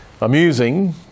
Amusing